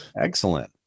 excellent